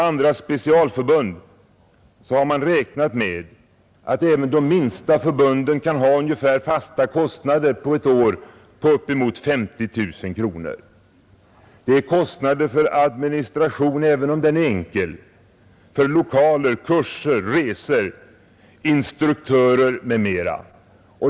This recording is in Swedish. Man räknar med att även de minsta förbunden kan ha fasta kostnader under ett år på uppemot 50 000 kronor. Det är kostnader för administration, även om den är enkel, för lokaler, kurser, resor, instruktörer m.m.